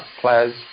players